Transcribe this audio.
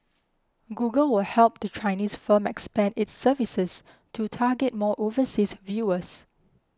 google will help the Chinese firm expand its services to target more overseas viewers